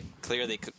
clearly